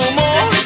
more